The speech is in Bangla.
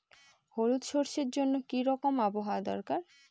হলুদ সরষে জন্য কি রকম আবহাওয়ার দরকার?